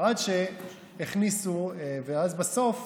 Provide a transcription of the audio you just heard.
ואז בסוף